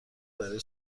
برای